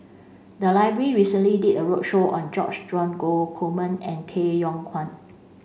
the library recently did a roadshow on George Dromgold Coleman and Tay Yong Kwang